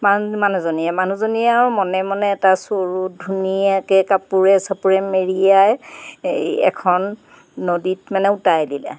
মান মানুহজনীয়ে মানুহজনীয়ে আৰু মনে মনে এটা চৰু ধুনীয়াকৈ কাপোৰে চাপোৰে মেৰিয়াই এই এখন নদীত মানে উটুৱাই দিলে